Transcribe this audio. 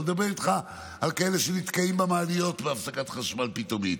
אני לא מדבר איתך על כאלה שנתקעים במעליות בהפסקת חשמל פתאומית,